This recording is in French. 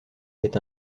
est